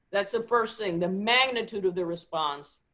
that's the first thing, the magnitude of the response